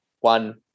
one